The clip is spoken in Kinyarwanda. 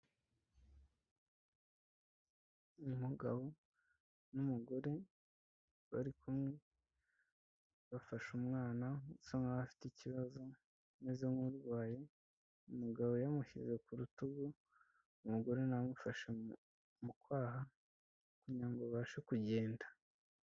Umugabo n'umugore bari kumwe bafashe umwana usa nkaho afite ikibazo ameze nk'urwaye. Umugabo yamushyize ku rutugu, umugore nawe amufashe mu kwaha kugira ngo abashe kugenda.